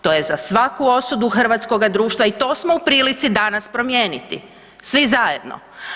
To je za svaku osudu hrvatskoga društva i to smo u prilici danas promijeniti svi zajedno.